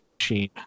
machine